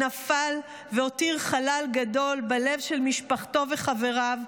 נפל והותיר חלל גדול בלב של משפחתו וחבריו,